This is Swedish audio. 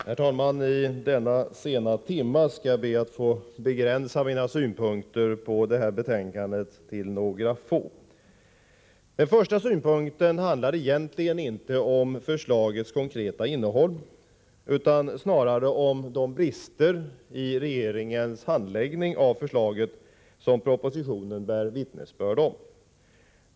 Herr talman! I denna sena timme skall jag be att få begränsa mina synpunkter på detta betänkande till några få. Den första synpunkten handlar egentligen inte om förslagets konkreta innehåll utan snarare om de brister i regeringens handläggning av förslaget som propositionen bär vittnesbörd om.